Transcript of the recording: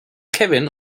kevin